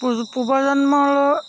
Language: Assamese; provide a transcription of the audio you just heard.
পূৰ্ব জন্মৰ